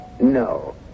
No